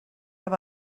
have